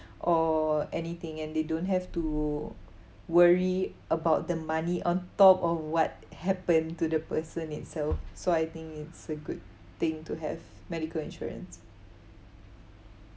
or anything and they don't have to worry about the money on top of what happened to the person itself so I think it's a good thing to have medical insurance